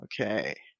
Okay